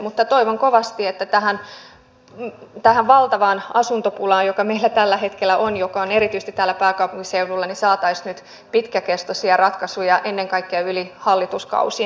mutta toivon kovasti että tähän valtavaan asuntopulaan joka meillä tällä hetkellä on erityisesti täällä pääkaupunkiseudulla saataisiin nyt pitkäkestoisia ratkaisuja ennen kaikkea yli hallituskausien